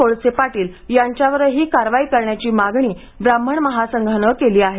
कोळसे पाटील यांच्यावरही कारवाई करण्याची मागणी ब्राह्मण महासंघानं केली आहे